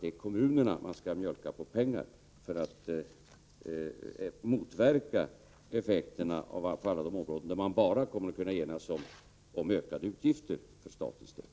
Det är kommunerna man skall mjölka på pengar för att motverka effekterna på alla de områden där man bara kommer att kunna enas om ökade utgifter för statens del.